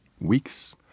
weeks